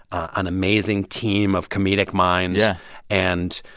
an amazing team of comedic minds yeah and,